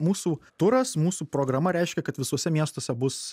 mūsų turas mūsų programa reiškia kad visuose miestuose bus